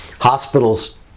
Hospitals